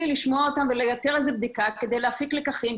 לשמוע אותם ולייצר איזה בדיקה כדי להפיק לקחים,